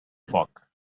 foc